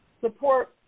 support